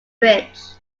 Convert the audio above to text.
bridge